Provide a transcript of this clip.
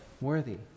worthy